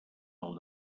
del